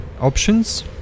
options